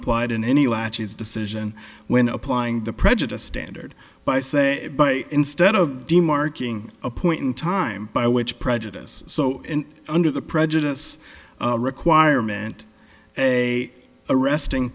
applied in any latches decision when applying the prejudiced standard by say instead of marking a point in time by which prejudice so under the prejudice requirement arresting